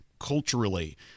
culturally